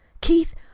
Keith